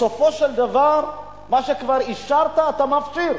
בסופו של דבר מה שכבר אישרת, אתה מפשיר.